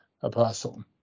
apostle